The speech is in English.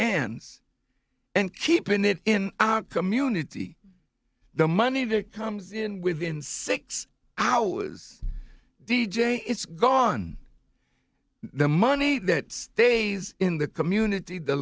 hands and keepin it in community the money that comes in within six hours d j it's gone the money that stays in the community the